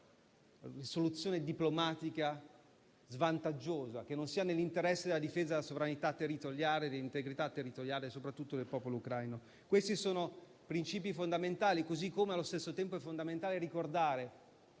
soluzione diplomatica svantaggiosa che non sia nell'interesse della difesa della sovranità e dell'integrità territoriale soprattutto del popolo ucraino. Si tratta di principi fondamentali, così come, allo stesso tempo, è fondamentale ricordare